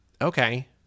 okay